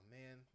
man